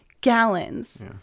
gallons